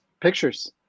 pictures